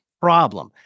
problem